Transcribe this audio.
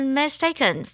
mistaken